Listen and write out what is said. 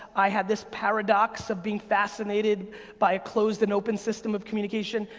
i had this paradox of being fascinated by a closed and open system of communication.